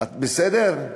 בסדר?